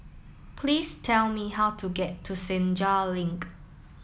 please tell me how to get to Senja Link